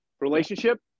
relationship